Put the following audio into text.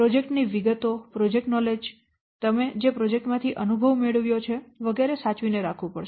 project ની વિગતો project knowledge તમે જે પ્રોજેક્ટમાંથી અનુભવ મેળવ્યો છે વગેરે સાચવીને રાખવું પડશે